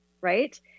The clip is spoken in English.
right